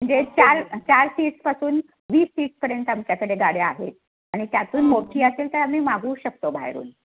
म्हणजे चार चार सीट्सपासून वीस सीट्सपर्यंत आमच्याकडे गाड्या आहेत आणि त्यातून मोठी असेल तर आम्ही मागवू शकतो बाहेरून